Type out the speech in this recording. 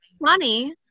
Money